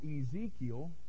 Ezekiel